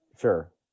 Sure